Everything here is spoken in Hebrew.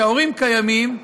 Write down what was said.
כשההורים קיימים,